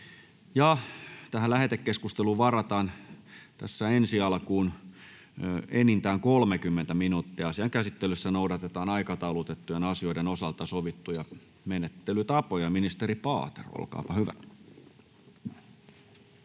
Tähän lähetekeskusteluun varataan tässä ensi alkuun enintään 30 minuuttia. Asian käsittelyssä noudatetaan aikataulutettujen asioiden osalta sovittuja menettelytapoja. — Ministeri Paatero, olkaapa hyvä.